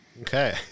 Okay